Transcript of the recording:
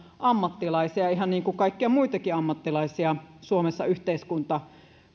ammattilaisia ihan niin kuin kaikkia muitakin ammattilaisia suomessa yhteiskunta